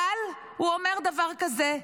אבל הוא אומר דבר כזה: